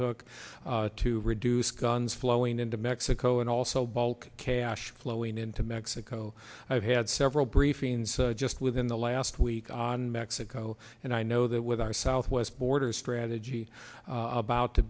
took to reduce guns flowing into mexico and also bulk cash flowing into mexico i've had several briefings just within the last week on mexico and i know that with our southwest border strategy about to